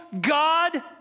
God